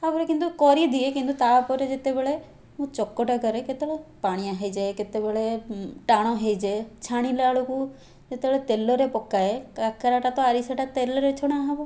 ତା'ପରେ କିନ୍ତୁ କରିଦିଏ କିନ୍ତୁ ତା'ପରେ ଯେତେବେଳେ ମୁଁ ଚକଟା କରେ କେତେବେଳେ ପାଣିଆ ହେଇଯାଏ କେତେବେଳେ ଟାଣ ହେଇଯାଏ ଛାଣିଲା ବେଳକୁ ଯେତେବେଳେ ତେଲରେ ପକାଏ କାକରଟା ତ ଆରିସାଟା ତେଲରେ ଛଣା ହେବ